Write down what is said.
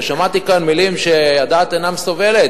ושמעתי כאן מלים שהדעת אינה סובלת,